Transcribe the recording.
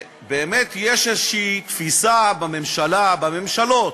באמת יש איזו תפיסה בממשלה, בממשלות,